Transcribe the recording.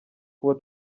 kuba